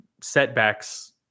setbacks